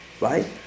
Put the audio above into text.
right